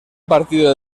partido